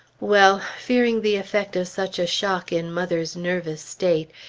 well, fearing the effect of such a shock in mother's nervous state,